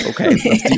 Okay